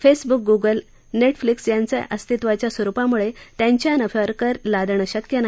Facebook Google Netflix यांचं अस्तित्वाच्या स्वरुपामुळत्यिांच्या नफ्यावर कर लादणं शक्य नाही